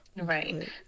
Right